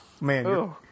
Man